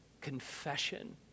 confession